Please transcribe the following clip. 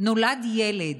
נולד ילד,